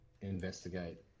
investigate